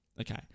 okay